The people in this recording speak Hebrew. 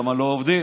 למה לא עובדים?